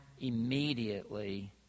immediately